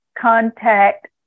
contact